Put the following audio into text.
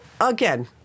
again